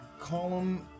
Column